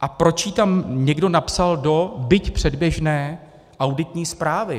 a proč ji tam někdo napsal, byť do předběžné auditní zprávy.